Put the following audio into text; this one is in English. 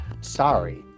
sorry